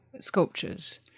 sculptures